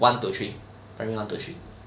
one to three primary one to three